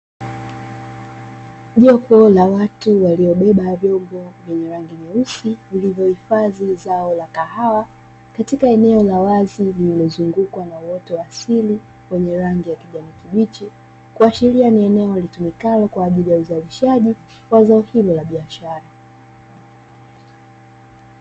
Jopo la watu waliobeba vyombo vyenye rangi nyeusi, vilivyohifadhi zao la kahawa katika eneo la wazi lililozungukwa na uoto wa asili wenye rangi ya kijani kibichi kuashiria kuwa ni eneo litumikalo kwa ajili ya uzalishaji wa zao hilo la biashara.